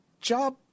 job